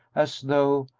as though,